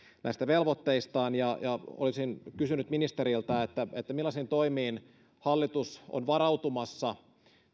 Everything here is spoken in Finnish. näistä velvoitteistaan olisin kysynyt ministeriltä millaisiin toimiin hallitus on varautumassa